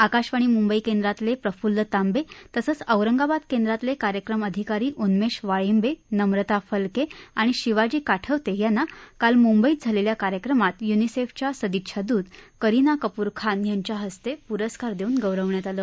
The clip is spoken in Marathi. आकाशवाणी मुंबई केंद्रातले प्रफुल्ल तांबे तसंच औरंगाबाद केंद्रातले कार्यक्रम अधिकारी उन्मेष वाळिंबे नम्रता फलके आणि शिवाजी काटवथे यांना काल मुंबईत झालेल्या कार्यक्रमात युनिसेफच्या सदिच्छा दूत करीना कपूर खान यांच्या हस्ते हे पुरस्कार देऊन गौरवण्यात आलं